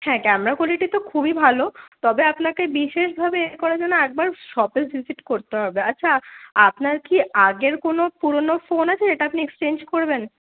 হ্যাঁ camera quality তো খুবই ভালো তবে আপনাকে বিশেষভাবে এ করার জন্য শপে একবার ভিজিট করতে হবে আচ্ছা আপনার কি আগের কোনও পুরনো ফোন আছে যেটা আপনি এক্সচেঞ্জ করবেন